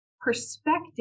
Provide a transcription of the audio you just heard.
Perspective